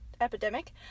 epidemic